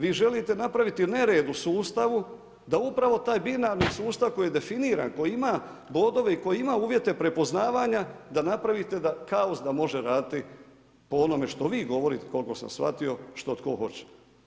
Vi želite napraviti nered u sustavu da upravo taj binarni sustav koji je definiran, koji ima bodove i koji ima uvjete prepoznavanja, da napravite kaos da može raditi po onome što vi govorite koliko sam shvatio, što tko hoće.